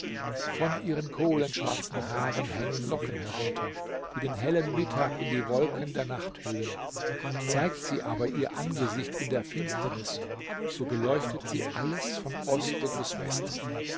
von ihren kohlenschwarzen haaren hängen locken herunter die den hellen mittag in die wolken der nacht hüllen zeigt sie aber ihr angesicht in der finsternis so beleuchtet sie alles von osten bis westen